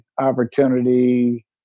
opportunity